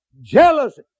jealousy